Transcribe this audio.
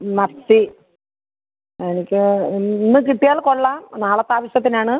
മത്തി എനിക്ക് ഇന്ന് കിട്ടിയാൽ കൊള്ളാം നാളത്തെ ആവശ്യത്തിനാണ്